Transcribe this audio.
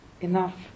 enough